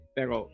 Pero